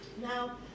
Now